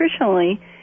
nutritionally